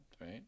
right